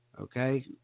Okay